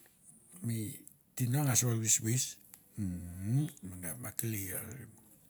Mi tine a ngas vor ve ves ves umm manga m akelei are mo